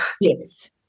Yes